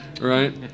right